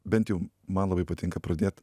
bent jau man labai patinka pradėt